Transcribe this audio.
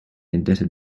indebted